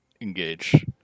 Engage